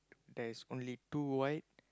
there is only two white